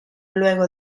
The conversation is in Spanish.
luego